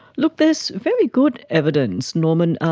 look, there's very good evidence, norman,